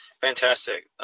fantastic